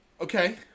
Okay